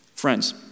Friends